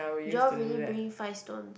you all really bring five stone